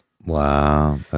Wow